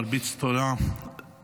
מרביץ תורה ברבים,